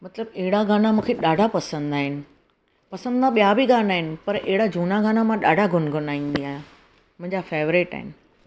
मतलबु अहिड़ा गाना मूंखे ॾाढा पसंदि आहिनि पसंदि त ॿिया बि गाना आहिनि पर अहिड़ा झूना गाना मां ॾाढा गुनगुनाईंदी आहियां मुंहिंजा फैवरेट आहिनि